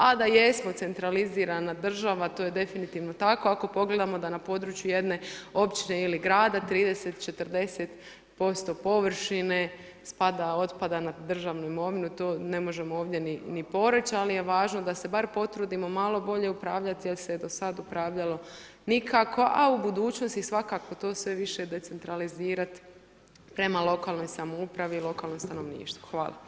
A da jesmo centralizirana država, to je definitivno tako, ako pogledamo da na području jedne općine ili grada, 30, 40% površine spada, otpada na državnu imovinu, to ne možemo ovdje ni poreć, ali je važno da se bar potrudimo malo bolje upravljati jer se do sad upravljalo nikako, a u budućnosti svakako to sve više decentralizirat prema lokalnoj samoupravi, lokalnom stanovništvu.